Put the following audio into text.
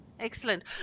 Excellent